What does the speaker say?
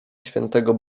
świętego